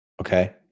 Okay